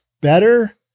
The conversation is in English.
better